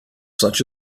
such